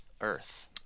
Earth